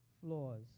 flaws